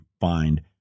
find